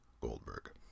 Goldberg